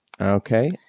Okay